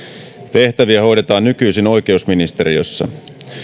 tehtäviä hoidetaan nykyisin oikeusministeriössä